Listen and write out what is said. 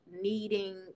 needing